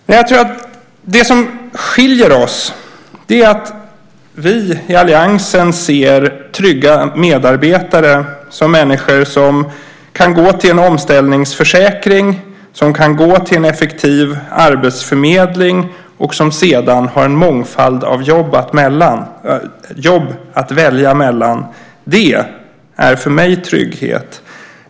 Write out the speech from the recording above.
Men jag tror att det som skiljer oss är att vi i alliansen ser trygga medarbetare som människor som kan gå till en omställningsförsäkring, som kan gå till en effektiv arbetsförmedling och som sedan har en mångfald av jobb att välja mellan. Det är för mig trygghet.